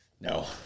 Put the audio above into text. No